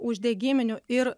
uždegiminiu ir